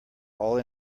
all